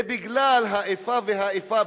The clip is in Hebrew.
זה בגלל האיפה ואיפה,